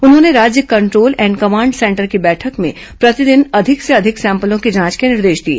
उन्होंने राज्य control and command centre की बैठक में प्रतिदिन अधिक से अधिक सैंपलों की जांच के निर्देश दिए